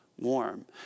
warm